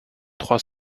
trois